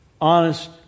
honest